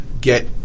get